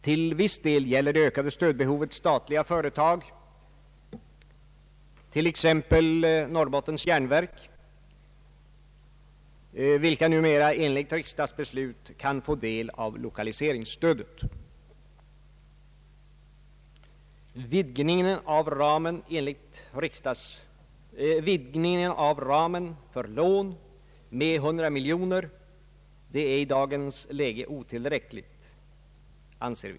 Till viss del gäller det ökade stödbehovet statliga företag, t.ex. Norrbottens järnverk, vilka numera enligt riksdagsbeslut kan få del av lokaliseringsstödet. Vidgningen av ramen för lån med 100 miljoner är i dagens läge otillräcklig.